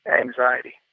anxiety